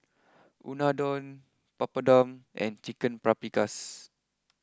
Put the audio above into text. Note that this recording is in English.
Unadon Papadum and Chicken Paprikas